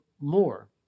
more